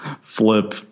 flip